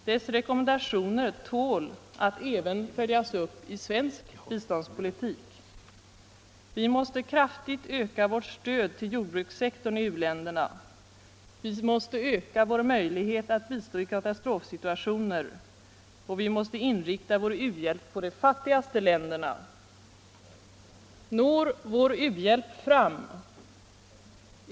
Dess rekommendationer tål att även följas upp i svensk biståndspolitik. Vi måste kraftigt öka vårt stöd till jordbrukssektorn i u-länderna, vi måste öka vår möjlighet att bistå i katastrofsituationer och vi måste inrikta vår u-hjälp på de fattigaste länderna. Når vår u-hjälp fram?